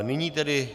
Nyní tedy...